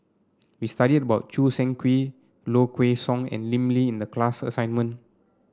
we studied about Choo Seng Quee Low Kway Song and Lim Lee in the class assignment